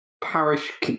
parish